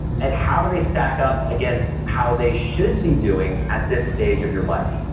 and how do they stack up against how they should be doing at this stage of your life?